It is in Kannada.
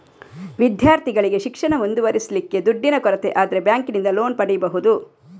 ವಿದ್ಯಾರ್ಥಿಗಳಿಗೆ ಶಿಕ್ಷಣ ಮುಂದುವರಿಸ್ಲಿಕ್ಕೆ ದುಡ್ಡಿನ ಕೊರತೆ ಆದ್ರೆ ಬ್ಯಾಂಕಿನಿಂದ ಲೋನ್ ಪಡೀಬಹುದು